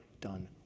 done